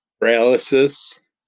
Paralysis